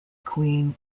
queen